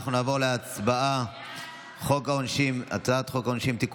אנחנו נעבור להצבעה על הצעת חוק העונשין (תיקון,